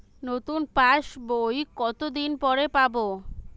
নতুন পাশ বই কত দিন পরে পাবো?